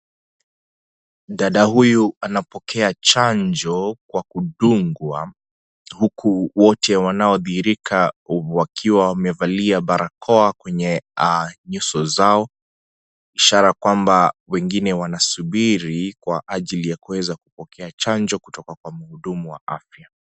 Dada huyu anapokea chanjo kwa kudungwa, huku wote wanaodhihirika wakiwa wamevalia barakoa kwenye nyuso zao. Ishara kwamba, wengine wanasubiri kwa ajili ya kuweza kupokea chanjo kutoka kwa mhudumu wa afya.